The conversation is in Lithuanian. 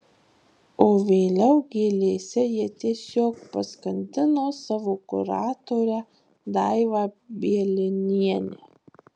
o vėliau gėlėse jie tiesiog paskandino savo kuratorę daivą bielinienę